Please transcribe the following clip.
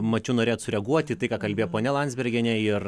mačiau norėjot sureaguoti į tai ką kalbėjo ponia landsbergienė ir